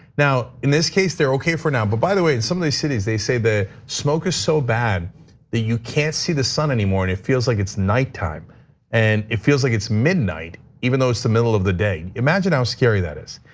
now, in this case they're okay for now, but by the way, in some of these cities they say that smoke is so bad that you can't see the sun anymore and it feels like it's nighttime and it feels like it's midnight, even though it's the middle of the day. imagine how scary that is.